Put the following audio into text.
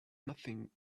nothing